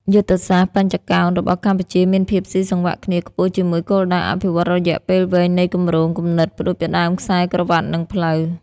យុទ្ធសាស្ត្របញ្ចកោណរបស់កម្ពុជាមានភាពស៊ីសង្វាក់គ្នាខ្ពស់ជាមួយគោលដៅអភិវឌ្ឍន៍រយៈពេលវែងនៃគម្រោង គំនិតផ្ដួចផ្ដើមខ្សែក្រវាត់ និងផ្លូវ ។